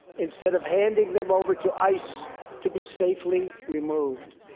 instead of handing them over to ice to be safely removed.